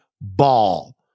ball